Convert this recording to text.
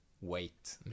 wait